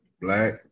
black